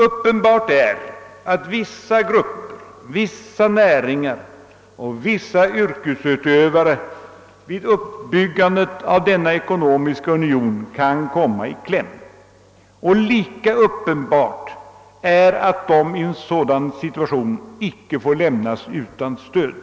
Uppenbart är att vissa grupper, vissa näringar och vissa yrkesutövare vid uppbyggandet av denna ekonomiska union kan komma i kläm. Lika uppenbart är att de i en sådan situation icke får lämnas utan stöd.